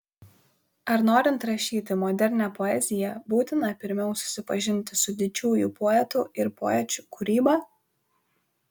ar norint rašyti modernią poeziją būtina pirmiau susipažinti su didžiųjų poetų ir poečių kūryba